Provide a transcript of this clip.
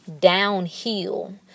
downhill